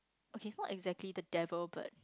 okay not exactly the devil but